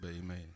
amen